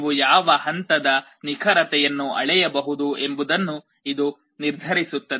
ನೀವು ಯಾವ ಹಂತದ ನಿಖರತೆಯನ್ನು ಅಳೆಯಬಹುದು ಎಂಬುದನ್ನು ಇದು ನಿರ್ಧರಿಸುತ್ತದೆ